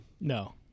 No